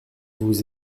vous